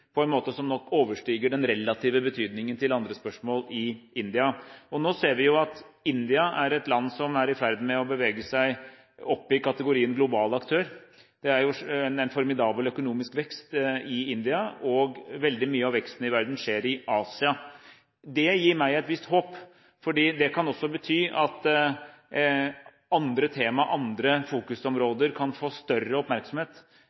på en måte som nok overstiger den relative betydningen til andre spørsmål i India. Nå ser vi at India er et land som er i ferd med å bevege seg opp i kategorien global aktør. Det er en formidabel økonomisk vekst i India, og veldig mye av veksten i verden skjer i Asia. Det gir meg et visst håp, fordi det også kan bety at andre tema, andre fokusområder, kan få større oppmerksomhet